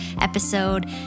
episode